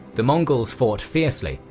the mongols fought fiercely,